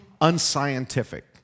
unscientific